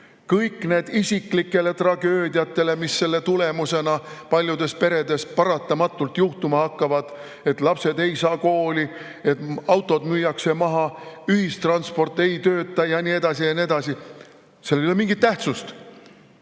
kõik isiklikud tragöödiad, mis selle tulemusena paljudes peredes paratamatult juhtuma hakkavad: lapsed ei saa kooli, autod müüakse maha, ühistransport ei tööta ja nii edasi – sellel kõigel ei ole mingit tähtsust.